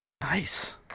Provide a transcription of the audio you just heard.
Nice